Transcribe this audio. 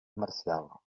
marcial